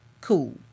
cool